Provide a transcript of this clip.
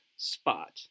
spot